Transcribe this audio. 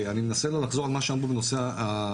אני אנסה לא לחזור על מה שאמרו בנושא המכסות.